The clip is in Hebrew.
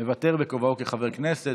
מוותר בכובעו כחבר כנסת,